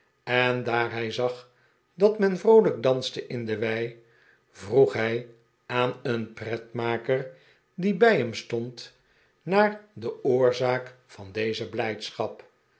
en daar hij zag dat men vroolijk danste in de wei vroeg hij aan een pretmaker die bij hem stond naar de oorzaak van deze blijdschap